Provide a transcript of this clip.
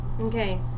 Okay